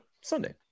Sunday